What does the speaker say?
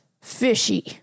fishy